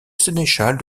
sénéchal